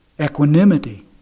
Equanimity